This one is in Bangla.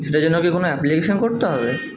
সেটার জন্য কি কোনো অ্যাপ্লিকেশন করতে হবে